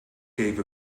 gave